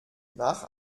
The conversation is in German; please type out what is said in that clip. nach